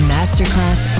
Masterclass